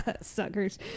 Suckers